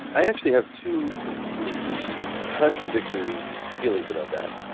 i actually have two completely contradictory feelings about that.